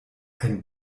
ein